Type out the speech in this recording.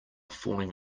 falling